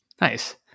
Nice